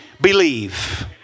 believe